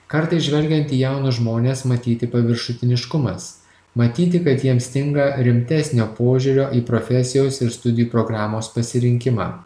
kartais žvelgiant į jaunus žmones matyti paviršutiniškumas matyti kad jiems stinga rimtesnio požiūrio į profesijos ir studijų programos pasirinkimą